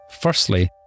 Firstly